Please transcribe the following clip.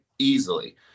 easily